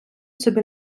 собі